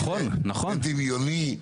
נכון, נכון.